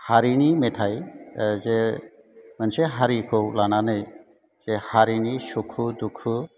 हारिनि मेथाइ ओह जे मोनसे हारिखौ लानानै जे हारिनि सुखु दुखु